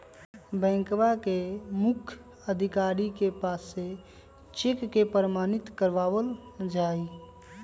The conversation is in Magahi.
बैंकवा के मुख्य अधिकारी के पास से चेक के प्रमाणित करवावल जाहई